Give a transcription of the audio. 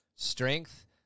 strength